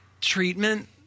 treatment